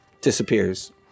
disappears